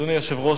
אדוני היושב-ראש,